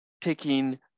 taking